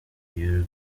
uyu